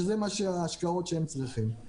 שזה ההשקעות שהם צריכים.